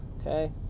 Okay